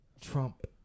Trump